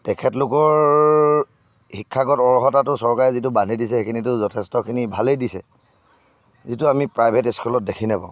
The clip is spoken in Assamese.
তেখেতলোকৰ শিক্ষাগত অৰ্হতাটো চৰকাৰে যিটো বান্ধি দিছে সেইখিনিতো যথেষ্টখিনি ভালেই দিছে যিটো আমি প্ৰাইভেট স্কুলত দেখি নাপাওঁ